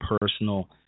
personal